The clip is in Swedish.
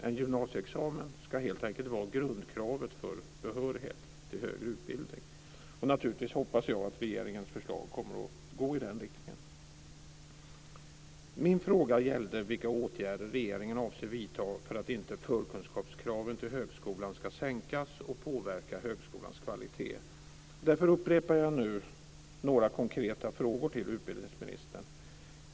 En gymnasieexamen ska helt enkelt vara grundkravet för behörighet till högre utbildningen. Naturligtvis hoppas jag att regeringens förslag kommer att gå i den riktningen. Min fråga gällde vilka åtgärder regeringen avser vidta för att inte förkunskapskraven till högskolan ska sänkas och påverka högskolans kvalitet. Därför upprepar jag nu några konkreta frågor till utbildningsministern.